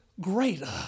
greater